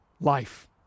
life